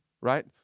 right